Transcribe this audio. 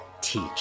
teach